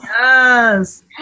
Yes